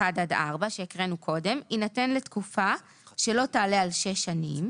עד (4) יינתן לתקופה שלא תעלה על שש שנים,